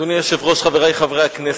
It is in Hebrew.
אדוני היושב-ראש, חברי חברי הכנסת,